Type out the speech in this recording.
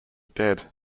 dead